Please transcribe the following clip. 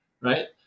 right